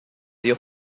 dio